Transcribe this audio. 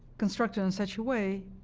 constructed in such a way